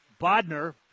Bodner